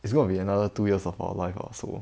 it's gonna be another two years of our life ah so